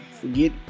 forget